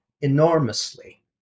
enormously